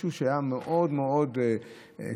משהו שהיה מאוד מאוד ייחודי,